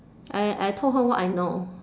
I I told her what I know